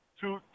Two